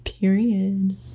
Period